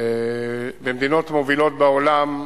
במדינות מובילות בעולם,